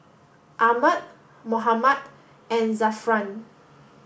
Ahmad Muhammad and Zafran